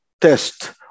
test